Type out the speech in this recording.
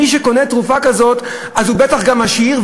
מי שקונה תרופה כזאת אז הוא בטח גם עשיר,